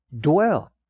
Dwell